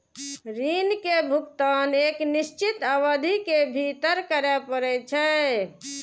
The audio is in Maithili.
ऋण के भुगतान एक निश्चित अवधि के भीतर करय पड़ै छै